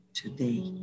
today